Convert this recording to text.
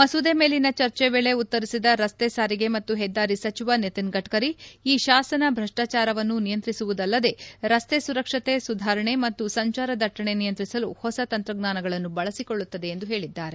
ಮಸೂದೆ ಮೇಲಿನ ಚರ್ಚೆ ವೇಳೆ ಉತ್ತರಿಸಿದ ರಸ್ತೆ ಸಾರಿಗೆ ಮತ್ತು ಹೆದ್ದಾರಿ ಸಚಿವ ನಿತಿನ್ ಗಡ್ಡರಿ ಈ ಶಾಸನ ಭ್ರಷ್ಲಾಚಾರವನ್ನು ನಿಯಂತ್ರಿಸುವುದಲ್ಲದೆ ರಸ್ತೆ ಸುರಕ್ಷತೆ ಸುಧಾರಣೆ ಮತ್ತು ಸಂಚಾರ ದಟ್ಲಣೆ ನಿಯಂತ್ರಿಸಲು ಹೊಸ ತಂತ್ರಜ್ವಾನಗಳನ್ನು ಬಳಸಿಕೊಳ್ಳುತ್ತದೆ ಎಂದು ಹೇಳಿದ್ದಾರೆ